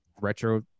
retro